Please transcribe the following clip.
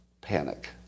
Panic